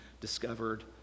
discovered